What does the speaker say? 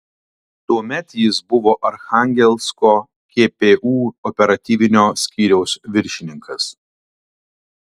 tuomet jis buvo archangelsko gpu operatyvinio skyriaus viršininkas